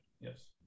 Yes